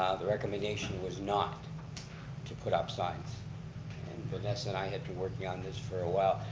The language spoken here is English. the recommendation was not to put up signs. and vanessa and i have been working on this for awhile.